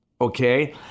okay